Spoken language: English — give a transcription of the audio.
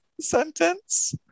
sentence